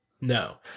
No